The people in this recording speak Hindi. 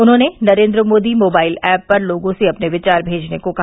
उन्होंने नरेन्द्र मोदी मोबाइल ऐप पर लोगों से अपने विचार भेजने को कहा